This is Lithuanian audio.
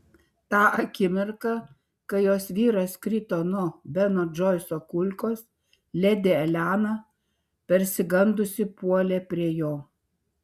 tą akimirką kai jos vyras krito nuo beno džoiso kulkos ledi elena persigandusi puolė prie jo